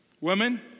Women